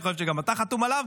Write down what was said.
אני חושב שגם אתה חתום עליו,